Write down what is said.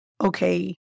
okay